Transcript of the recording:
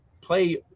play